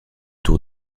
tour